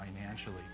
financially